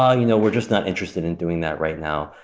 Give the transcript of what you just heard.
ah you know, we're just not interested in doing that right now.